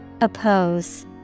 Oppose